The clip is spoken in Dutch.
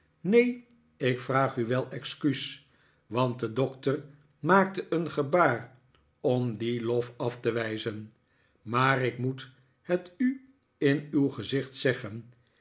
neen ik vraag u wel excuus want de doctor maakte een gebaar om dien lof af te wijzen maar ik moet het u in uw gezicht zeggen